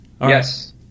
Yes